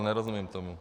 Nerozumím tomu.